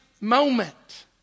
moment